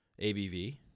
ABV